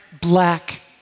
black